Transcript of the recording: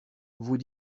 vous